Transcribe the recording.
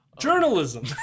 Journalism